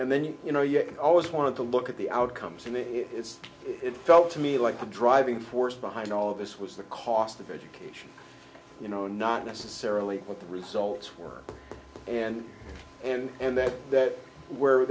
and then you you know you always want to look at the outcomes and it's it felt to me like the driving force behind all of this was the cost of education you know not necessarily what the results were and and and that that where